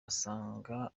asanga